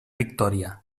victòria